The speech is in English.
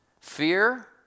fear